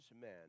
men